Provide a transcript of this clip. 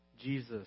Jesus